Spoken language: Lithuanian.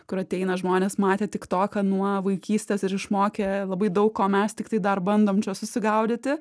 kur ateina žmonės matę tiktoką nuo vaikystės ir išmokę labai daug o mes tiktai dar bandom čia susigaudyti